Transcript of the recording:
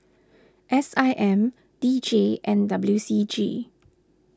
S I M D J and W C G